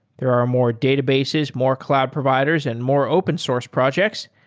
there are more databases, more cloud providers and more open source projects,